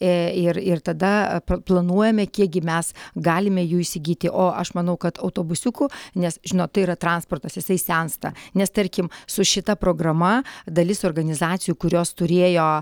ee ir ir tada planuojame kiekgi mes galime jų įsigyti o aš manau kad autobusiukų nes žinot tai yra transportas jisai sensta nes tarkim su šita programa dalis organizacijų kurios turėjo